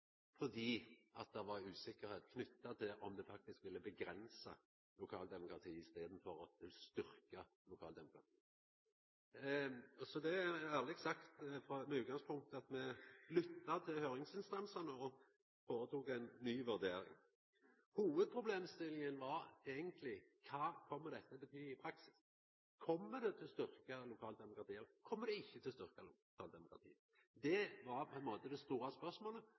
det var usikkerheit knytt til om det faktisk ville avgrensa lokaldemokratiet i staden for å styrkja lokaldemokratiet. Det er ærleg sagt, med utgangspunkt i at me lytta til høyringsinstansane og føretok ei ny vurdering. Hovudproblemstillinga var eigentleg: Kva kjem dette til å bety i praksis? Kjem det til å styrkja lokaldemokratiet, eller kjem det ikkje til å styrkja lokaldemokratiet? Det var på ein måte det store spørsmålet,